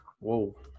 whoa